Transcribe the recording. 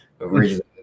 originally